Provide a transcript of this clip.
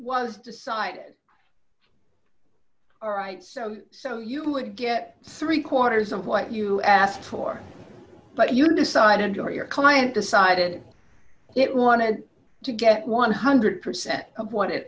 was decided all right so so you would get three quarters of what you asked for but you decided your your client decided it wanted to get one hundred percent of what it